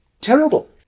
terrible